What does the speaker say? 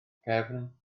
cefn